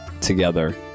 Together